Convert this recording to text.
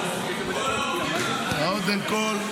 --- קודם כול,